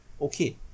okay